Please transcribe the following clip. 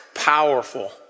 Powerful